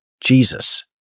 Jesus